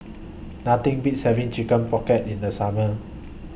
Nothing Beats having Chicken Pocket in The Summer